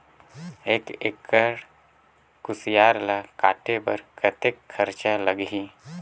एक एकड़ कुसियार ल काटे बर कतेक खरचा लगही?